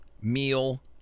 meal